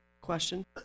question